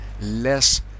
less